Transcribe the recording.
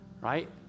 Right